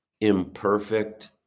imperfect